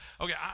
Okay